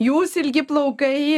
jūs ilgi plaukai